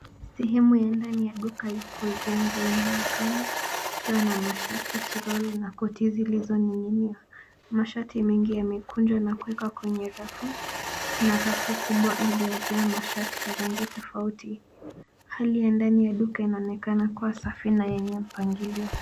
Sehemu ya ndani ya duka ya kuuzia nguo inaonekana ikiwa na mashati, suruali na koti zilizoning'inia. Mashati mengi yamekunjwa na kuwekwa kwenye rafu, kuna refu kubwa iliyojaa mashati ya rangi tofauti. Hali ya ndani ya duka inaonekana kuwa safi na yenye mpangilio.